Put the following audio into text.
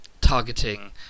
targeting